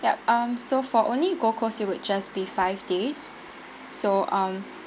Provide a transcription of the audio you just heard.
ya um so for only gold coast it would just be five days so um